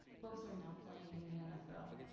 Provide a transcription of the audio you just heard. both are now playing in the nfl.